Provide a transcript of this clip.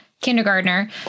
kindergartner